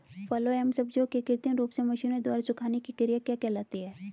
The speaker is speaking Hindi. फलों एवं सब्जियों के कृत्रिम रूप से मशीनों द्वारा सुखाने की क्रिया क्या कहलाती है?